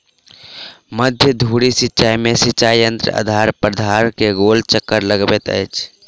मध्य धुरी सिचाई में सिचाई यंत्र आधार प्राधार के गोल चक्कर लगबैत अछि